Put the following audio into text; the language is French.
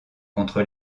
contre